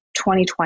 2020